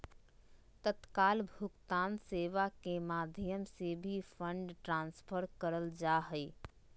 तत्काल भुगतान सेवा के माध्यम से भी फंड ट्रांसफर करल जा हय